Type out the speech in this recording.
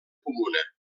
comuna